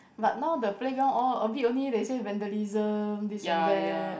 but now the playground all a bit only they say vandalism this and that